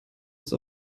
ist